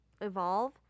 Evolve